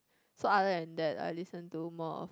so other than that I listen two more of